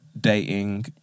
dating